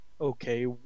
Okay